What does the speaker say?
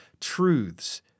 truths